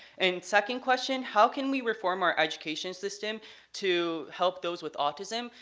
and second question how can we reform our education system to help those with autism?